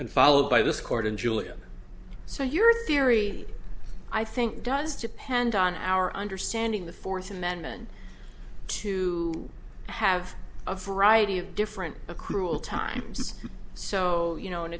and followed by this court in julian so your theory i think does depend on our understanding the fourth amendment to have a variety of different accrual times so you know an